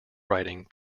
writing